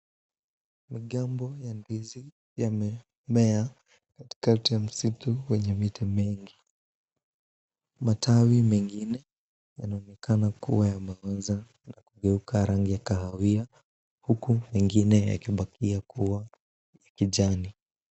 Migomba ya ndizi yamemea katikati ya msitu wenye vitu mingi. Matawi mengine yanaonekana kuwa yameoza na kugeuka rangi ya kahawia, huku mengine yakibakia kuwa ya kijani.